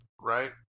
Right